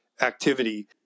activity